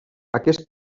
aquest